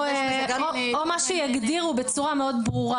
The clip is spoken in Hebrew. או מה שיגדירו בצורה מאוד ברורה.